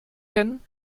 kennen